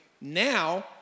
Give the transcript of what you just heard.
Now